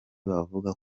bavuga